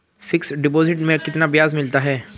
Fix deposit में कितना ब्याज मिलता है?